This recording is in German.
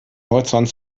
horizont